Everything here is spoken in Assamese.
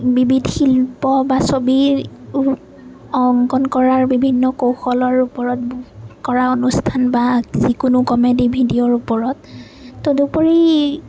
বিবিধ শিল্প বা ছবি অংকন কৰাৰ বিভিন্ন কৌশলৰ ওপৰত কৰা অনুষ্ঠান বা যিকোনো কমেডি ভিডিঅ'ৰ ওপৰত তদুপৰি